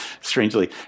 strangely